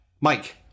Mike